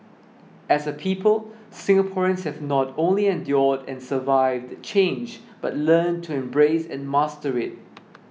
as a people Singaporeans have not only endured and survived change but learned to embrace and master it